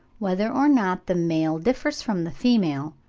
whether or not the male differs from the female,